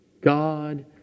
God